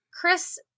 Chris